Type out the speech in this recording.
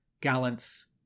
Gallant's